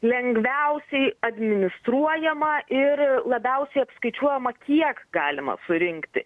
lengviausiai administruojama ir labiausiai apskaičiuojama kiek galima surinkti